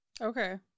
Okay